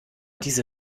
diese